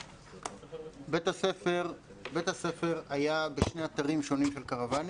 בית הספר היה בשני אתרים שונים של קרוואנים,